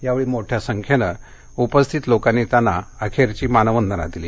यावेळी मोठ्या संख्येनं उपस्थित लोकांनी त्यांना अखेरची मानवंदना दिली